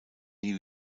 nie